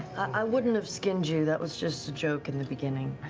i wouldn't have skinned you, that was just a joke in the beginning.